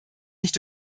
nicht